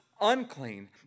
unclean